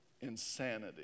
insanity